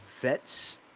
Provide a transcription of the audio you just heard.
Vets